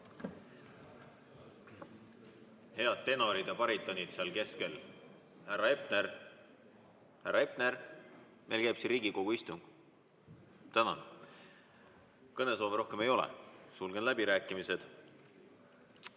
Head tenorid ja baritonid seal keskel! Härra Hepner, härra Hepner! Meil käib siin Riigikogu istung. Tänan! Kõnesoove rohkem ei ole. Sulgen läbirääkimised.